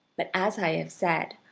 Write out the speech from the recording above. but, as i have said,